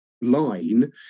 line